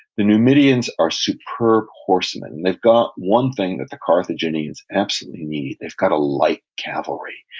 the numidians are superb horsemen. they've got one thing that the carthaginians absolutely need they've got a light cavalry.